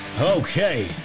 okay